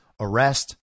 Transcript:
arrest